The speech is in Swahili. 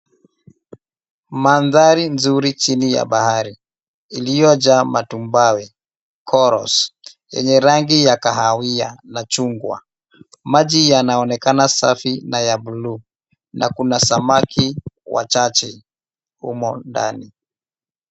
Mandhari nzuri chini ya bahari iliyojaa matumbawe corals yenye rangi ya kahawia na chungwa. Maji yanaonekana safi na ya buluu na kuna samaki wachache humo ndani.